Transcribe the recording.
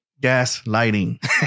Gaslighting